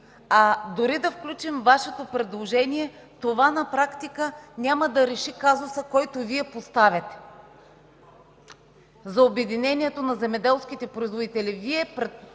Дори да включим Вашето предложение, това на практика няма да реши казуса, който Вие поставяте – за обединението на земеделските производители.